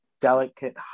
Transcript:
delicate